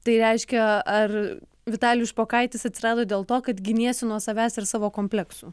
tai reiškia ar vitalijus špokaitis atsirado dėl to kad giniesi nuo savęs ir savo kompleksų